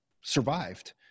survived